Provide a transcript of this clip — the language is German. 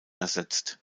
ersetzt